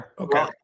Okay